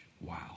Wow